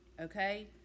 okay